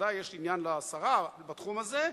ודאי יש עניין לשרה בתחום הזה,